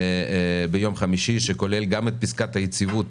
ביום חמישי, שכולל גם את פסקת היציבות